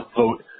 vote